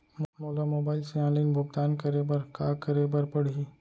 मोला मोबाइल से ऑनलाइन भुगतान करे बर का करे बर पड़ही?